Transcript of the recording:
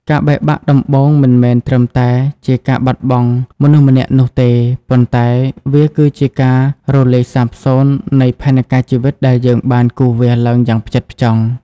ការបែកបាក់ដំបូងមិនមែនត្រឹមតែជាការបាត់បង់មនុស្សម្នាក់នោះទេ ប៉ុន្តែវាគឺជាការរលាយសាបសូន្យនៃផែនការជីវិតដែលយើងបានគូរវាសឡើងយ៉ាងផ្ចិតផ្ចង់។